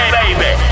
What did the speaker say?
baby